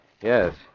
Yes